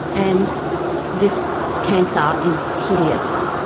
and this cancer is hideous.